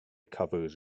covers